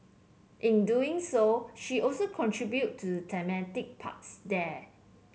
in doing so she also contributed to the thematic parks there